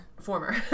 Former